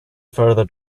further